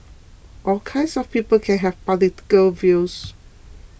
all kinds of people can have political views